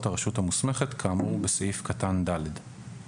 הרשות המוסמכת כאמור בסעיף קטן (ד);